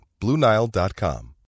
BlueNile.com